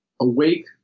awake